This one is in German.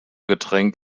getränk